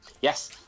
Yes